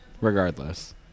Regardless